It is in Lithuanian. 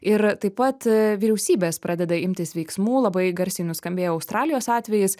ir taip pat vyriausybės pradeda imtis veiksmų labai garsiai nuskambėjo australijos atvejis